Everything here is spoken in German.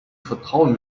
vertrauen